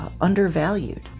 undervalued